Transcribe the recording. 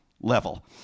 level